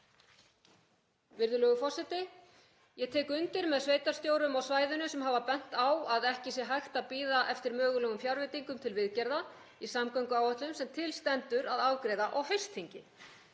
Virðulegur forseti. Ég tek undir með sveitarstjórum á svæðinu sem hafa bent á að ekki sé hægt að bíða eftir mögulegum fjárveitingum til viðgerða í samgönguáætlun sem til stendur að afgreiða á haustþingi.